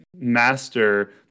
master